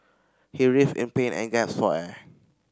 he writhed in pain and gasped for air